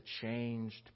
changed